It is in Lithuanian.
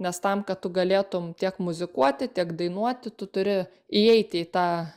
nes tam kad tu galėtum tiek muzikuoti tiek dainuoti tu turi įeiti į tą